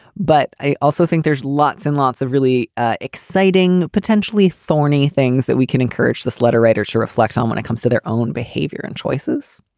but i also think there's lots and lots of really ah exciting, potentially thorny things that we can encourage this letter writer to reflect on when it comes to their own behavior and choices.